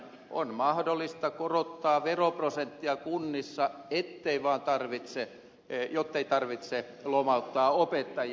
on mahdollista korottaa veroprosenttia kunnissa jottei tarvitse lomauttaa opettajia